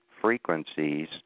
frequencies